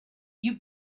you